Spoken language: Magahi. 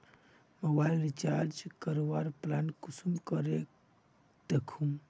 मोबाईल रिचार्ज करवार प्लान कुंसम करे दखुम?